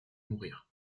mourir